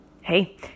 hey